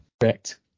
Correct